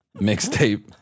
mixtape